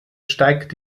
steigt